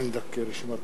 אדוני היושב-ראש,